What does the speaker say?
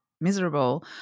miserable